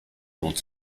lohnt